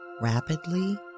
Rapidly